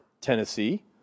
Tennessee